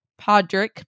Padrick